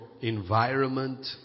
environment